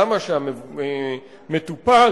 למה שהמטופל